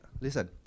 Listen